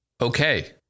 Okay